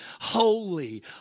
holy